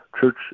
church